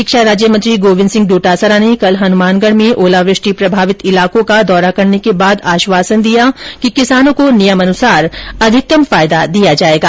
शिक्षा राज्य मंत्री गोविन्द सिंह डोटासरा ने कल हनुमानगढ़ में ओलावृष्टि प्रभावित इलाकों का दौरा करने के बाद आश्वासन दिया कि किसानों को नियमानुसार अधिकतम फायदा दिया जाएगा